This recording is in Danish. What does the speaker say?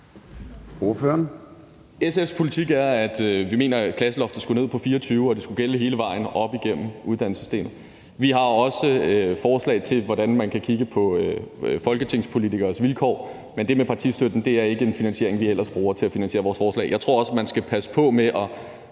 SF's politik er, at vi mener, at klasseloftet skulle ned på 24, og at det skulle gælde hele vejen op igennem uddannelsessystemet. Vi har også et forslag til, hvordan man kan kigge på folketingspolitikeres vilkår, men partistøtten er ikke noget, vi ellers bruger til at finansiere vores forslag. Jeg tror også, man skal passe på med at